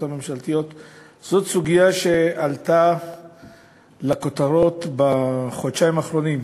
הממשלתיות הוא סוגיה שעלתה לכותרות בחודשיים האחרונים.